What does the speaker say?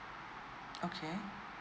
okay